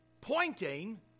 pointing